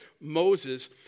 Moses